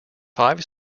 five